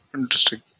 interesting